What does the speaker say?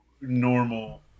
normal